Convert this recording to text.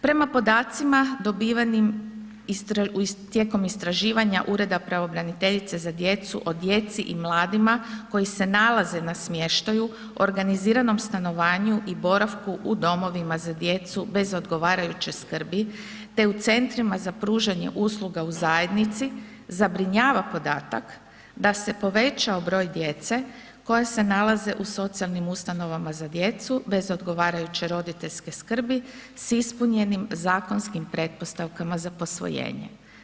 Prema podacima dobivenim tijekom istraživanja Ureda pravobraniteljice za djecu, o djeci i mladima, koji se nalaze na smještaju, organiziranom stanovanju i boravku u domovima za djecu bez odgovarajuće skrbi te u centrima za pružanje usluga u zajednici, zabrinjava podatak da se povećao broj djece koja se nalaze u socijalnim ustanovama za djecu bez odgovarajuće roditeljske skrbi s ispunjenim zakonskim pretpostavkama za posvojenje.